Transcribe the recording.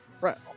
Right